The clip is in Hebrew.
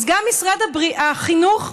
אז גם משרד החינוך,